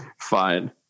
Fine